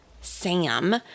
Sam